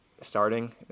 starting